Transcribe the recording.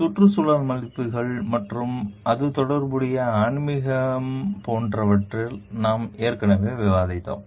சுற்றுச்சூழல் மதிப்புகள் மற்றும் அது தொடர்பான ஆன்மீகம் போன்றவற்றில் நாம் ஏற்கனவே விவாதித்தோம்